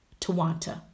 Tawanta